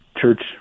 church